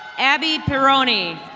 abby peroni.